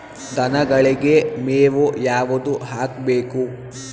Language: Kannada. ದನಗಳಿಗೆ ಮೇವು ಯಾವುದು ಹಾಕ್ಬೇಕು?